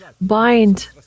bind